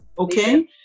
Okay